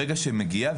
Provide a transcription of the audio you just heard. ברגע שמגיעה,